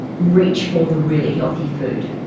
reach for the really healthy food.